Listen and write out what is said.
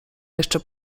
jeszcze